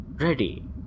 ready